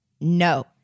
No